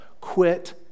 quit